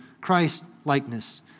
Christ-likeness